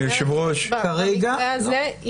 במקרה הזה,